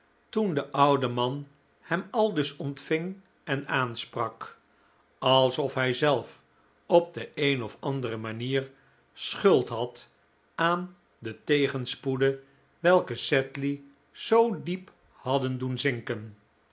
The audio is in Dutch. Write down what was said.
toen de oude man hem aldus ontving en aansprak alsof hijzelf op de een of andere manier schuld had aan de tegenspoeden welke sedley zoo diep hadden doen zinken